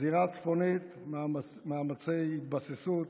הזירה הצפונית, מאמצי התבססות,